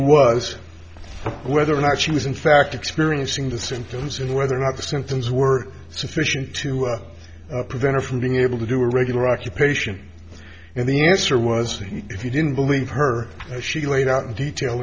was whether or not she was in fact experiencing the symptoms and whether or not the symptoms were sufficient to prevent her from being able to do a regular occupation and the answer was that if you didn't believe her she laid out in detail